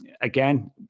again